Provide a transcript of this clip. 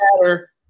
matter